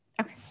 Okay